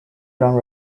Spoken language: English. ground